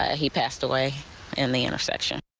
ah he passed away in the intersection.